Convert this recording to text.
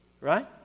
right